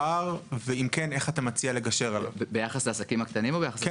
לעובדה שאנו רוצים לעשות את זה במינימום רגולציה,